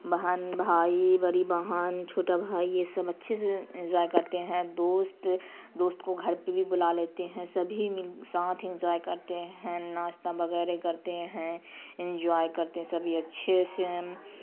بہن بھائی بڑی بہن چھوٹا بھائی یہ سب اچھے سے انجوائے کرتے ہیں دوست دوست کو گھر پہ بھی بلا لیتے ہیں سبھی ساتھ انجوائے کرتے ہیں ناشتہ وگیرہ کرتے ہیں انجوائے کرتے ہیں سبھی اچھے سے